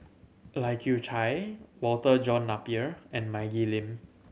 Lai Kew Chai Walter John Napier and Maggie Lim